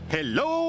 Hello